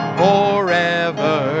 forever